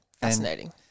fascinating